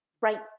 right